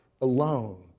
alone